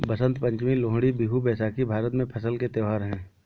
बसंत पंचमी, लोहड़ी, बिहू, बैसाखी भारत में फसल के त्योहार हैं